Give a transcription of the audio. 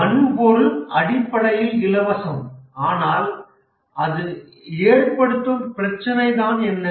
வன்பொருள் அடிப்படையில் இலவசம் ஆனால் இது ஏற்படுத்தும் பிரச்சினை என்ன